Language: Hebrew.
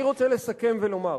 אני רוצה לסכם ולומר: